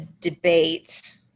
debate